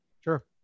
sure